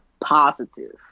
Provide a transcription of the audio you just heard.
positive